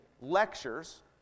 lectures